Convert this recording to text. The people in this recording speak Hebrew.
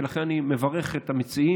ולכן אני מברך את המציעים.